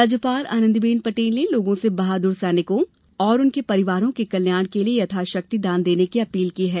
राज्यपाल आंनदी बेन पटेल ने लोगों से बहादुर सैनिकों और उनके परिवार के कल्याण के लिये यथाशक्ति दान देने की अपील की है